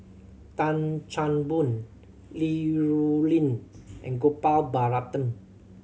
Tan Chan Boon Li Rulin and Gopal Baratham